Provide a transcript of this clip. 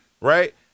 right